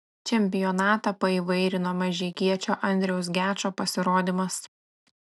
čempionatą paįvairino mažeikiečio andriaus gečo pasirodymas